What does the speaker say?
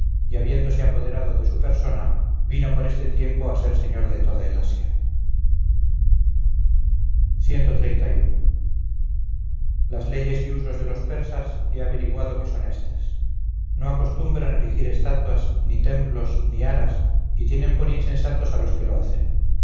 y habiéndose apoderado de su persona vino por este tiempo a ser señor de toda el asia las leyes y usos de los persas he averiguado que son estas no acostumbran erigir estatuas ni templos ni aras y tienen por insensatos a los que lo hacen